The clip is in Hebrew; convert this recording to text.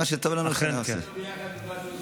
מה שטוב לו, זה מה שנעשה.